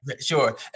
Sure